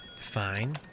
fine